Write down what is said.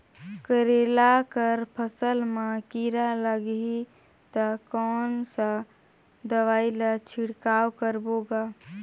करेला कर फसल मा कीरा लगही ता कौन सा दवाई ला छिड़काव करबो गा?